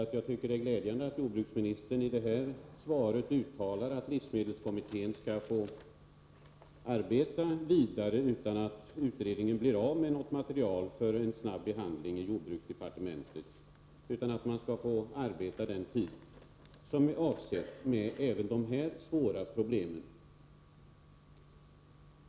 att det är glädjande att jordbruksministern i svaret uttalar att livsmedelskommittén skall få arbeta vidare utan att bli av med något material för en snabbare behandling i jordbruksdepartementet. Utredningen skall få arbeta den tid som det är avsett med även dessa svåra problem.